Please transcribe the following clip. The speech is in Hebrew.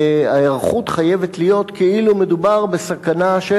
וההיערכות חייבת להיות כאילו מדובר בסכנה של